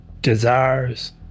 desires